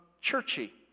churchy